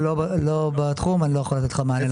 לא בתחום, אני לא יכול לתת לך מענה.